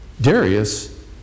Darius